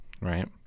right